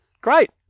great